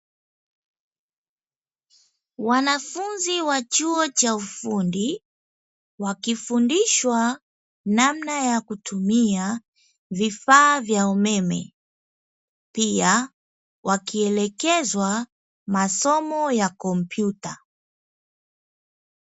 Wanafunzi wa chuo cha ufundi, wakifundishwa namna ya kutumia vifaa vya umeme, pia wakielekezwa masomo ya kompyuta.